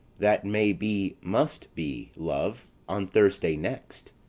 that may be must be, love, on thursday next.